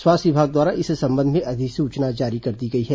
स्वास्थ्य विभाग द्वारा इस संबंध में अधिसूचना जारी कर दी गई है